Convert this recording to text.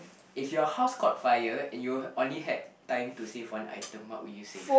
if your house caught fire and you only had time to save one item what would you save